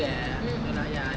mm